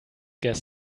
gas